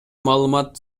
маалымат